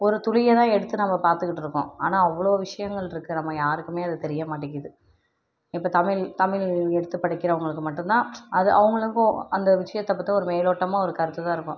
ஒரு துளியை தான் எடுத்து நம்ம பார்த்துக்கிட்ருக்கோம் ஆனால் அவ்வளோ விஷயங்கள்ருக்கு நம்ம யாருக்கும் அது தெரிய மாட்டேங்கிது இப்போ தமிழ் தமிழ் எடுத்து படிக்கிறவங்களுக்கு மட்டும்தான் அது அவங்களுக்கும் அந்த விஷயத்த பற்றி ஒரு மேலோட்டமா ஒரு கருத்து தான் இருக்கும்